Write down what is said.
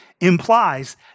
implies